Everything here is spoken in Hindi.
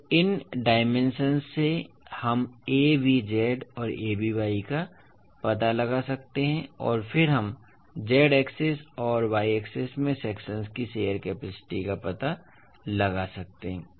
तो इन डाइमेंशन्स से हम Avz और Avy का पता लगा सकते हैं और फिर हम Z एक्सिस और Y एक्सिस में सेक्शन की शियर कैपेसिटी का पता लगा सकते हैं